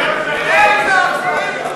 איזה אכזרים הם.